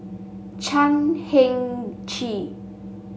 Chan Heng Chee